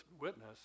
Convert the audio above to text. witness